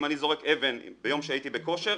אם אני זורק אבן ביום שהייתי בכושר,